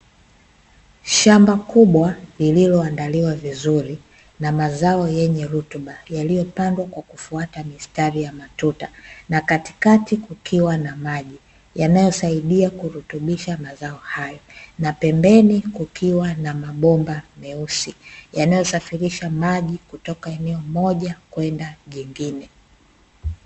Shamba kubwa lilioandaliwa vizuri na mazao yenye rutuba, yaliyo pandwa kwa kufuata mistari ya matuta, na katikati kukiwa na maji yanayosaidia kurutubisha mazao hayo, na pembeni kukiwa na mabomba meusi yanayosafirisha maji kutoka eneo moja, kwenda jingine.